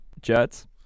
Jets